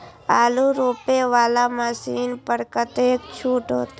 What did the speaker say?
आलू रोपे वाला मशीन पर कतेक छूट होते?